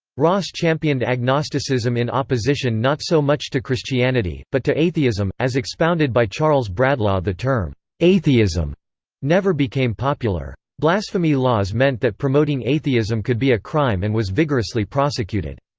ross championed agnosticism in opposition not so much to christianity, but to atheism, as expounded by charles bradlaugh the term atheism never became popular. blasphemy laws meant that promoting atheism could be a crime and was vigorously prosecuted.